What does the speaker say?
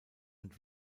und